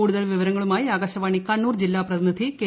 കൂടുതൽ വിവരങ്ങളുമായി ആകാശവാണി കണ്ണൂർ ജില്ലാ പ്രതിനിധി കെ